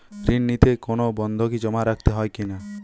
ঋণ নিতে কোনো বন্ধকি জমা রাখতে হয় কিনা?